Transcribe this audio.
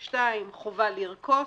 שתיים, חובה לרכוס,